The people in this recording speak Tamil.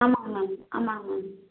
ஆமாம்ங்க மேம் ஆமாம்ங்க மேம்